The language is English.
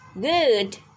Good